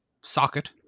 socket